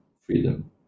freedom